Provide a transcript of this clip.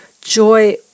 joy